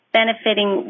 benefiting